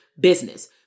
business